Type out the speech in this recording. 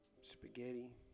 spaghetti